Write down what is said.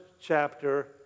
chapter